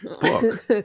book